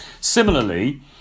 Similarly